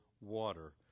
water